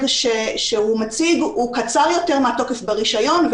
שהוא מציג הוא קצר יותר מהתוקף ברישיון,